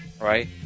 right